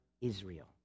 Israel